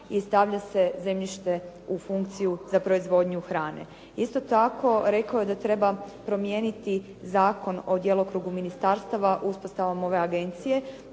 i stavlja se zemljište u funkciju za proizvodnju hrane. Isto tako, rekao je da treba promijeniti Zakon o djelokrugu ministarstava uspostavom ove agencije.